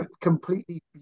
completely